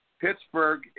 Pittsburgh